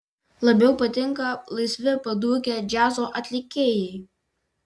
labiau patinka laisvi padūkę džiazo atlikėjai